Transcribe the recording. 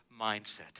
mindset